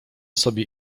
sobie